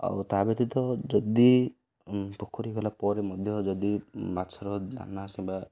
ଆଉ ତା' ବ୍ୟତୀତ ଯଦି ପୋଖରୀ ଗଲା ପରେ ମଧ୍ୟ ଯଦି ମାଛର ଦାନା କିମ୍ବା